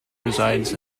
resides